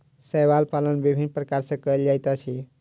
शैवाल पालन विभिन्न प्रकार सॅ कयल जाइत अछि